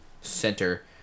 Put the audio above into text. center